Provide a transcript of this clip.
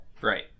Right